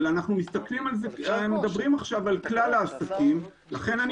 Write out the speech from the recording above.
אבל אנחנו מדברים עכשיו על כלל העסקים ולכן אני